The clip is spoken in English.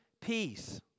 peace